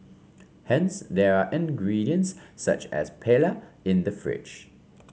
hence there are ingredients such as paella in the fridge